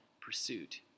pursuit